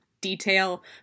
detail